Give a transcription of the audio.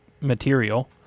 material